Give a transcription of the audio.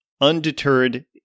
undeterred